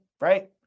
right